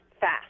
fast